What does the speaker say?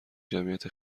جمعیت